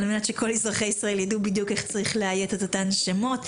על מנת שכל אזרחי ישראל יידעו בדיוק איך צריך לאיית את אותם שמות.